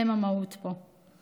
הן המהות פה,